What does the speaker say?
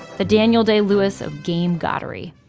the daniel day-lewis of game goddery.